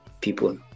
people